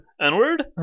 N-word